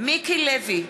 מיקי לוי,